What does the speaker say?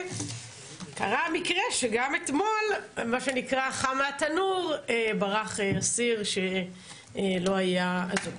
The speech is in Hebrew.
קרה המקרה שגם אתמול ברח אסיר שלא היה אזוק.